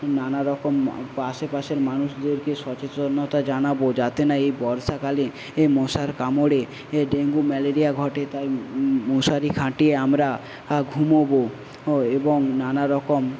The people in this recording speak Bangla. নানারকম আশেপাশের মানুষদেরকে সচেতনতা জানাবো যাতে না এই বর্ষাকালে এই মশার কামড়ে ডেঙ্গু ম্যালেরিয়া ঘটে তাই মশারি খাটিয়ে আমরা ঘুমবো এবং নানা রকম